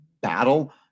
battle